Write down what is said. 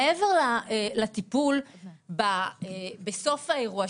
מעבר לטיפול בסוף האירוע,